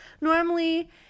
Normally